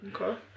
Okay